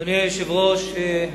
אדוני היושב-ראש,